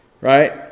Right